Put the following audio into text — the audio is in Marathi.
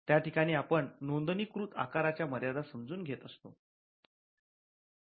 या ठिकाणी आपण नोंदणी कृत आकाराच्या मर्यादा समजून घेत आहोत